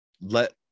let